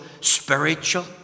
spiritual